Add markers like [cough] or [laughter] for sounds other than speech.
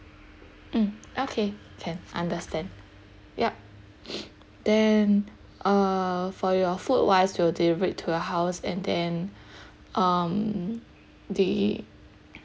mm okay can understand yup [noise] then uh for your food wise will delivered to your house and then um the